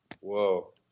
Whoa